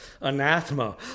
anathema